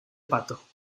pato